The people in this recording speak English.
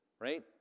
right